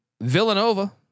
Villanova